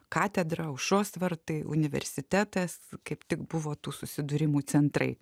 katedra aušros vartai universitetas kaip tik buvo tų susidūrimų centrai